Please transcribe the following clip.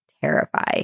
terrify